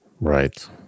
Right